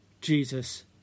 Jesus